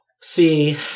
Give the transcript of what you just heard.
See